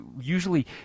usually